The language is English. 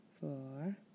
four